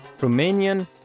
Romanian